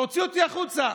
והוציאו אותי החוצה.